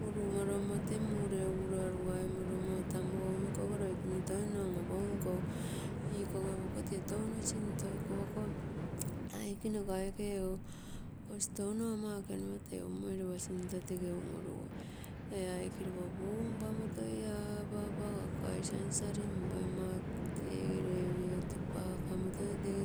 Muru moio moo ntee mureuguro arugaimoromo tamu gogime ikogo loikene toi nno on-opogim iko ikogepoka tee touno sinto, iko poko, aika nokaike, ego kosi touno ama ekunua teu nmoi lopa sinto tege un-una gui ee aike lopa punpamo toi apa apagakai sansa linpa maketegera piopiotopakamo, toi tese